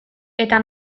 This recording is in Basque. eta